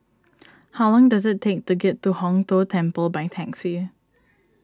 how long does it take to get to Hong Tho Temple by taxi